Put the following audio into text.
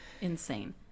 insane